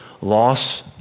loss